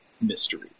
mystery